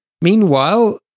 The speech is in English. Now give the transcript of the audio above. Meanwhile